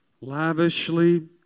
lavishly